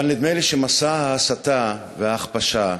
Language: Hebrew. אבל נדמה לי שמסע ההסתה וההכפשה,